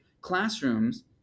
classrooms